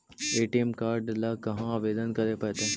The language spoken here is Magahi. ए.टी.एम काड ल कहा आवेदन करे पड़तै?